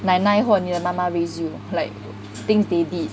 奶奶或你妈妈 raise you like things they did